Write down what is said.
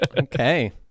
Okay